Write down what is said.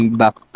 back